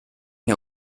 der